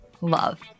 Love